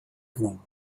evening